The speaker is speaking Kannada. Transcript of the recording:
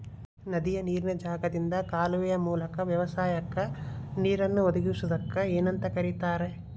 ನದಿಯ ನೇರಿನ ಜಾಗದಿಂದ ಕಾಲುವೆಯ ಮೂಲಕ ವ್ಯವಸಾಯಕ್ಕ ನೇರನ್ನು ಒದಗಿಸುವುದಕ್ಕ ಏನಂತ ಕರಿತಾರೇ?